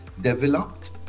developed